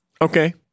Okay